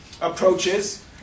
approaches